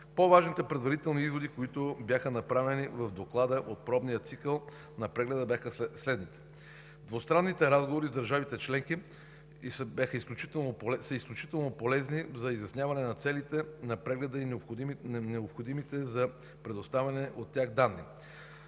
По-важните предварителни изводи, които бяха направени в Доклада от пробния цикъл на прегледа, бяха следните: двустранните разговори с държавите членки са изключително полезни за изясняване на целите на прегледа и необходимите за предоставяне от тях данни;